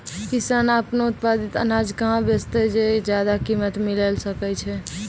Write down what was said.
किसान आपनो उत्पादित अनाज कहाँ बेचतै जे ज्यादा कीमत मिलैल सकै छै?